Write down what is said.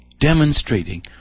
demonstrating